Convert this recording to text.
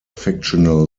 fictional